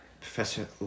professor